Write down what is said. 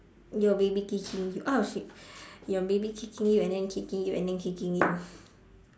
your baby kicking you oh shit your baby kicking you and then kicking you and then kicking you